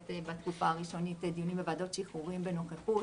בתקופה הראשונית דיונים בוועדות שחרורים בנוכחות,